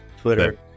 twitter